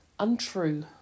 untrue